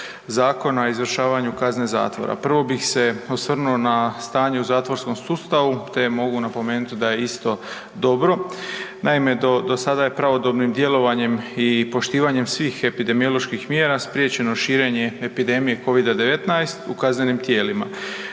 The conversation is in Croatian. Zakona o izvršavanju kazne zatvora. Prvo bih se osvrnuo na stanje u zatvorskom sustavu te mogu napomenuti da je isto dobro. Naime, do sada je pravodobnim djelovanjem i poštivanjem svih epidemioloških mjera spriječeno širenje epidemije Covida-19 u kaznenim tijelima.